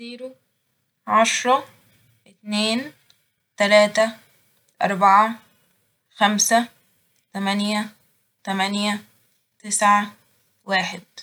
زيرو عشرة اتنين تلاتة أربعة خمسة تمانية تمانية تسعة واحد